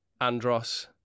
Andros